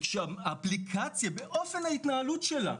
כשהאפליקציה באופן ההתנהלות שלה,